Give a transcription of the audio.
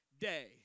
day